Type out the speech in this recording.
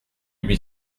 huit